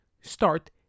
start